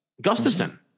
Gustafson